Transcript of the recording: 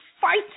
fight